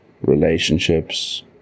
relationships